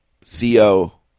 theo